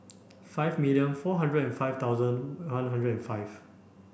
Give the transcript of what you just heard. five million four hundred and five thousand one hundred and five